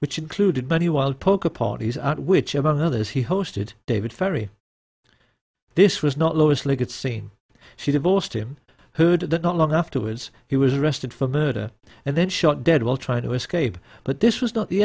which included many wild poker parties out which about others he hosted david ferrie this was not lois like it seem she divorced him who did that not long afterwards he was arrested for murder and then shot dead while trying to escape but this was not the